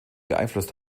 beeinflusst